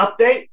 update